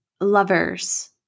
lovers